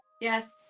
Yes